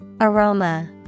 Aroma